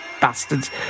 bastards